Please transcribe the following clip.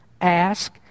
Ask